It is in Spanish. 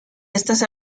estas